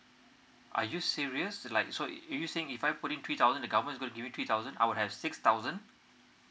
are you serious like so are you saying if I put in three thousand the government would give me three thousand I would have six thousand